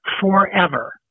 forever